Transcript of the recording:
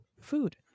food